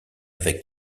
avec